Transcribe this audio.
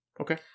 Okay